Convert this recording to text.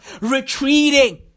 retreating